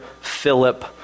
Philip